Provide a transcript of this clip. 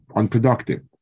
unproductive